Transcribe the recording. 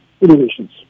innovations